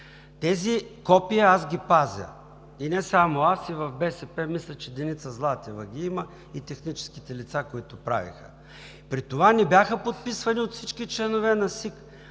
Тези копия аз ги пазя и не само аз. В БСП мисля, че Деница Златева ги има и техническите лица, които правиха. При това не бяха подписвани от всички членове на СИК,